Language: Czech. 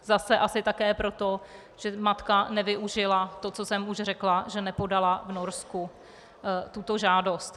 Zase asi také proto, že matka nevyužila to, co jsem už řekla, že nepodala v Norsku tuto žádost.